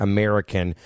American